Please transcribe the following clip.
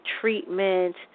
treatment